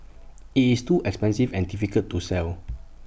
IT is too expensive and difficult to sell